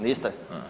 Niste?